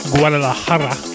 Guadalajara